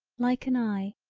like an eye,